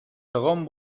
segon